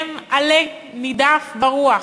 הם עלה נידף ברוח.